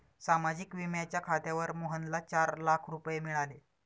सामाजिक विम्याच्या खात्यावर मोहनला चार लाख रुपये मिळाले